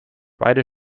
beide